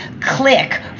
click